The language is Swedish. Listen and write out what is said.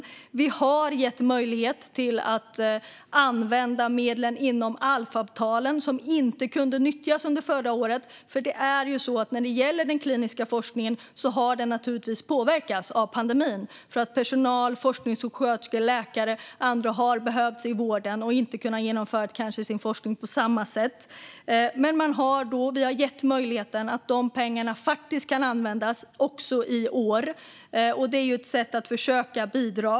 Regeringen har gett möjlighet till att använda medlen inom ALF-avtalet som inte kunde nyttjas under förra året. Den kliniska forskningen har naturligtvis påverkats av pandemin. Personal i form av forskningssjuksköterskor och läkare har behövts i vården och har inte kunnat genomföra sin forskning på samma sätt. Regeringen har gjort det möjligt för de pengarna att användas också i år. Det är ett sätt att försöka bidra.